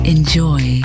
Enjoy